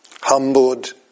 humbled